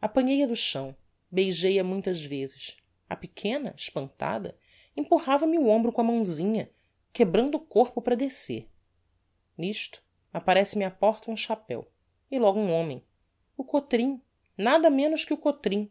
apanhei a do chão beijei-a muitas vezes a pequena espantada empurrava me o hombro com a mãosinha quebrando o corpo para descer nisto apparece me á porta um chapéu e logo um homem o cotrim nada menos que o cotrim